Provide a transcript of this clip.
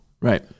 Right